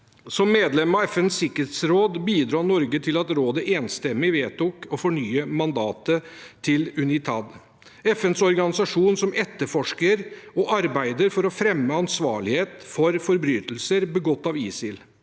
Som medlem av FNs sikkerhetsråd bidro Norge til at Sikkerhetsrådet enstemmig vedtok å fornye mandatet til UNITAD – FNs organisasjon som etterforsker og arbeider for å fremme ansvarlighet for forbrytelser begått av ISIL.